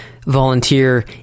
volunteer